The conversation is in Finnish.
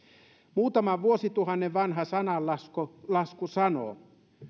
muutaman vuosituhannen vanha sananlasku sanoo